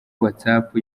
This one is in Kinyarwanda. whatsapp